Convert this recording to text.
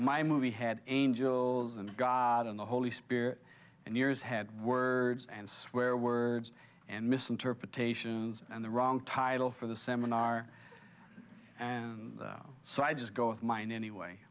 my movie had angels and god and the holy spirit and years had words and swear words and misinterpretations and the wrong title for the seminar and so i just go with mine anyway